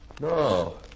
No